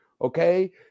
okay